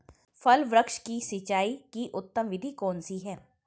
फल वृक्ष की सिंचाई की उत्तम विधि कौन सी है?